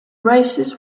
races